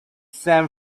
san